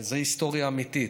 זאת היסטוריה אמיתית.